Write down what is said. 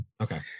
Okay